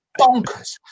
bonkers